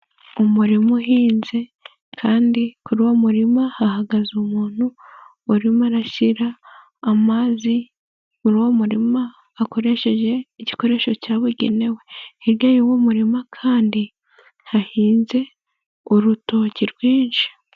Umurima uhinze kandi kuri uwo murima hahagaze umuntu urimo arashyira amazi muri uwo murima, akoresheje igikoresho cyabugenewe. Hirya y'uwo murima kandi hahinze urutoki rwinshi.